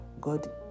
God